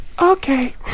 okay